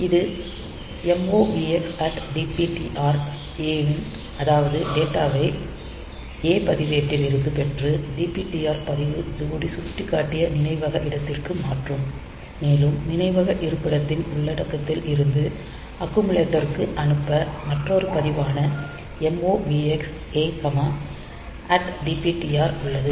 இது MOVX DPTR Aம் அதாவது டேட்டா வை A பதிவேட்டில் இருந்து பெற்று DPTR பதிவு ஜோடி சுட்டிக்காட்டிய நினைவக இடத்திற்கு மாற்றும் மேலும் நினைவக இருப்பிடத்தின் உள்ளடக்கத்தில் இருந்து அக்குமுலேட்டர் க்கு அனுப்ப மற்றொரு பதிப்பான MOVX A DPTR உள்ளது